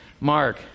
Mark